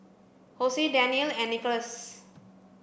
Hosie Danyelle and Nicholaus